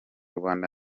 rwanda